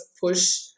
push